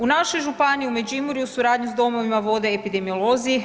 U našoj županiji u Međimurju suradnju s domovima vode epidemiolozi.